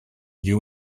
you